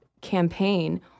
campaign